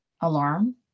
alarm